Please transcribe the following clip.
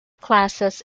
classes